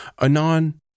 Anon